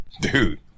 Dude